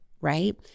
right